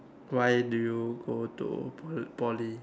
why do you go to Pol~ Poly